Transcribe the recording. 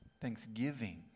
Thanksgiving